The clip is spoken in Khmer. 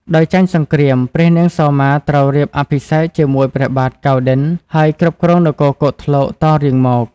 ដោយចាញ់សង្គ្រាម ព្រះនាងសោមាត្រូវរៀបអភិសេកជាមួយព្រះបាទ កៅណ្ឌិន្យ ហើយគ្រប់គ្រងនគរគោកធ្លកតរៀងមក។